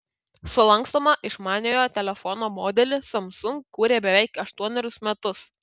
sulankstomą išmaniojo telefono modelį samsung kūrė beveik aštuonerius metus